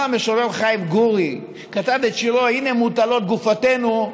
המשורר חיים גורי כתב את שירו "הינה מוטלות גופותינו",